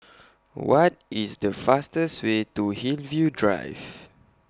What IS The fastest Way to Hillview Drive